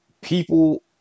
people